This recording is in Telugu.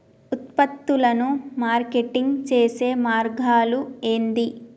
ఉత్పత్తులను మార్కెటింగ్ చేసే మార్గాలు ఏంది?